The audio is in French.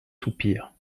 soupir